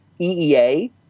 EEA